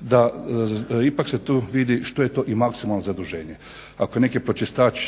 da ipak se tu vidi što je to i maksimalno zaduženje. Ako je neki pročistač